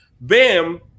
Bam